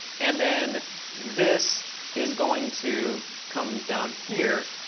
and then this is going to come down here